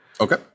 Okay